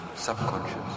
subconscious